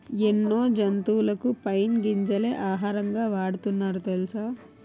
ఎన్నో జంతువులకు పైన్ గింజలే ఆహారంగా వాడుతున్నారు తెలుసా?